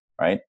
right